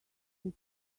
that